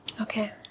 Okay